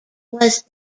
was